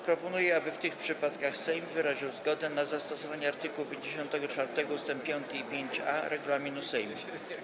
Proponuję, aby w tych przypadkach Sejm wyraził zgodę na zastosowanie art. 54 ust. 5 i 5a regulaminu Sejmu.